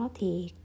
thì